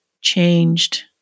changed